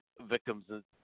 victims